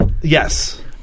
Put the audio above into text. Yes